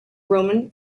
roman